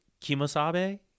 Kimosabe